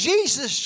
Jesus